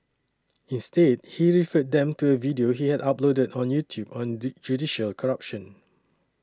instead he referred them to a video he had uploaded on YouTube on judicial corruption